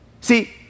See